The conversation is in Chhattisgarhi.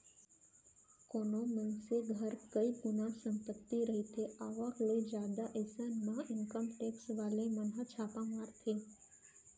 कोनो मनसे घर कई गुना संपत्ति रहिथे आवक ले जादा अइसन म इनकम टेक्स वाले मन ह छापा मारथे